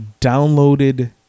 downloaded